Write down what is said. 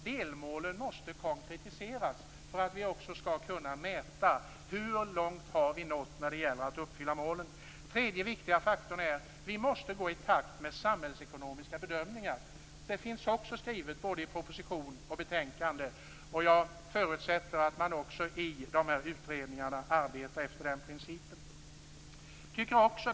Delmålen måste konkretiseras för att vi skall kunna mäta hur långt vi har nått när det gäller att uppfylla dem. För det tredje måste vi gå i takt med samhällsekonomiska bedömningar. Det finns skrivet både i proposition och betänkande. Jag förutsätter att man också i utredningarna arbetar efter den principen.